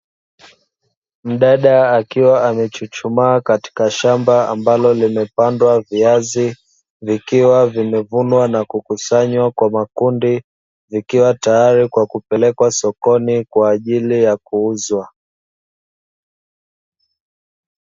Mdada akiwa amechuchumaa katika shamba ambalo limepandwa viazi, vikiwa vimevunwa na kukusanywa kwa makundi, zikiwa tayari kwa kupelekwa sokoni kwa ajili ya kuuzwa.